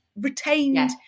retained